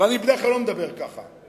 ואני בדרך כלל לא מדבר ככה.